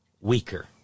weaker